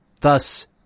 Thus